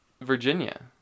Virginia